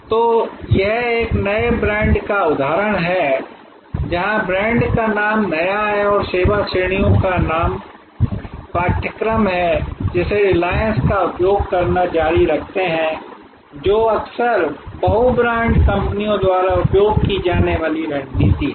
तो यह एक नए ब्रांड का एक उदाहरण है जहां ब्रांड का नाम नया है और सेवा श्रेणियों का नया पाठ्यक्रम है वे रिलायंस का उपयोग करना जारी रखते हैं जो अक्सर बहु ब्रांड कंपनियों द्वारा उपयोग की जाने वाली रणनीति है